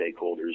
stakeholders